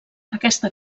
aquesta